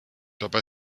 dabei